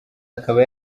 akaba